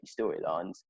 storylines